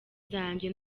zanjye